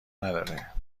نداره